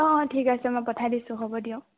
অ ঠিক আছে মই পঠাই দিছোঁ হ'ব দিয়ক